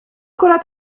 كرة